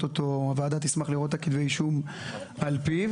הוועדה תשמח לראות את כתבי האישום על פיו